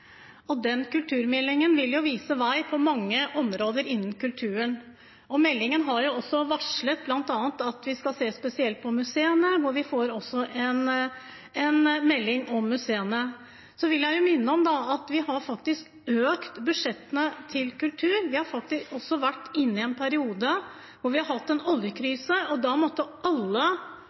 og den kulturmeldingen vil vise vei på mange områder innen kulturen. Meldingen har også varslet at vi bl.a. skal se spesielt på museene, og vi får også en melding om museene. Så vil jeg minne om at vi har faktisk økt budsjettene til kultur. Vi har vært inne i en periode da vi har hatt en oljekrise, og da måtte alle